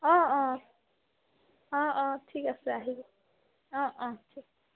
অঁ অঁ অঁ অঁ ঠিক আছে আহিব অঁ অঁ ঠিক আছে